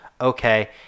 Okay